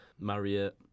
Marriott